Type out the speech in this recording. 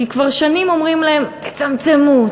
כי כבר שנים אומרים להם: תצמצמו,